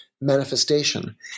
manifestation